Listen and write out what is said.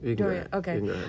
okay